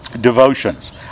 devotions